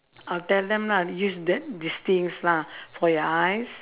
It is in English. I'll tell them lah use that these things lah for your eyes